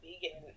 vegan